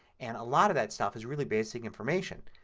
and a lot of that stuff is really basic information.